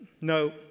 no